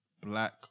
black